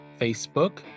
Facebook